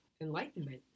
enlightenment